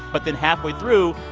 but then, halfway through,